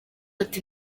ati